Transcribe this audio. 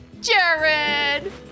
Jared